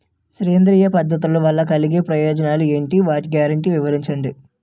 సేంద్రీయ పద్ధతుల వలన కలిగే ప్రయోజనాలు ఎంటి? వాటి గ్యారంటీ వివరించండి?